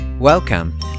Welcome